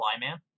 Flyman